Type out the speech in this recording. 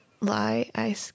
lie—I